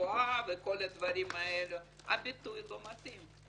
גבוהה וכל הדברים האלה הביטוי לא מתאים.